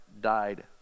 died